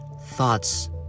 thoughts